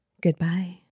Goodbye